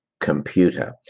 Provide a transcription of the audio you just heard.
computer